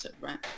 right